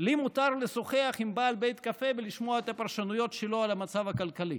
לי מותר לשוחח עם בעל בית קפה ולשמוע את הפרשנויות שלו על המצב הכלכלי.